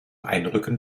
einrücken